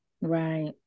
Right